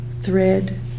thread